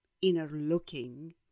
inner-looking